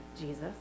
Jesus